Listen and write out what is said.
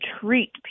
treat